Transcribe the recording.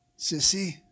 sissy